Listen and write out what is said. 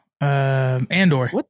Andor